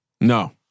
No